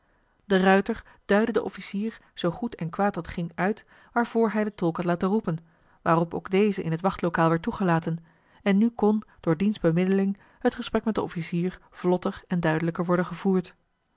de ruijter duidde den officier zoo goed en kwaad dat ging uit waarvoor hij den joh h been paddeltje de scheepsjongen van michiel de ruijter tolk had laten roepen waarop ook deze in het wachtlokaal werd toegelaten en nu kon door diens bemiddeling het gesprek met den officier vlotter en duidelijker worden gevoerd